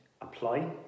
apply